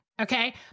Okay